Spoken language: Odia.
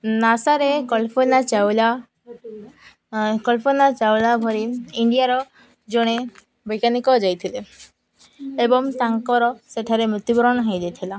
ନାସାରେ କଳ୍ପନା ଚାୱଲା କଳ୍ପନା ଚାୱଲା ଭଳି ଇଣ୍ଡିଆର ଜଣେ ବୈଜ୍ଞାନିକ ଯାଇଥିଲେ ଏବଂ ତାଙ୍କର ସେଠାରେ ମୃତ୍ୟୁବରଣ ହେଇଯାଇଥିଲା